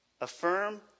Affirm